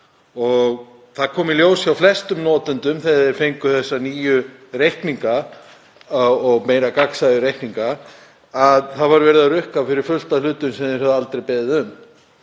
Það kom í ljós hjá flestum notendum þegar þeir fengu þessa nýju reikninga sem voru gagnsærri að það var verið að rukka fyrir fullt af hlutum sem þeir höfðu aldrei beðið um.